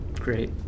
Great